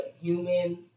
human